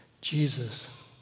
Jesus